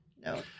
no